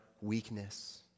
weakness